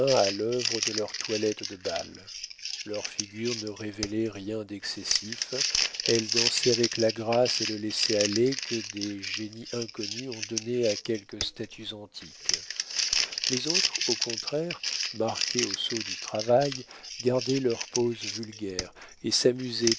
à l'œuvre de leur toilette de bal leurs figures ne révélaient rien d'excessif elles dansaient avec la grâce et le laisser-aller que des génies inconnus ont donnés à quelques statues antiques les autres au contraire marquées au sceau du travail gardaient leurs poses vulgaires et s'amusaient